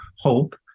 Hope